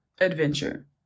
adventure